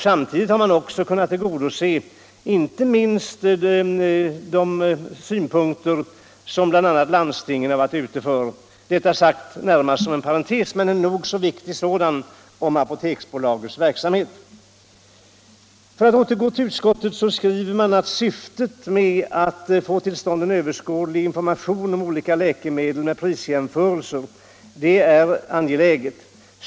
Samtidigt har de synpunkter som bl.a. landstingen fått fram tillgodosetts. Detta har jag velat säga närmast som en parentes — låt vara en viktig sådan. För att återgå till vad utskottet skriver så måste syftet vara att få till stånd en överskådlig information om olika läkemedel med prisjämförelser.